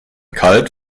kalt